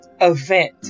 Event